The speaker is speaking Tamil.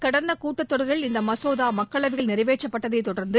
கடந்த கூட்டத் தொடரில் இந்த மசோதா மக்களவையில் நிறைவேற்றப்பட்டதைத் தொடர்ந்து